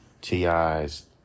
T.I.'s